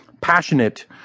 passionate